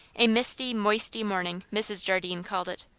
a misty, moisty morning, mrs. jardine called it.